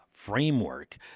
framework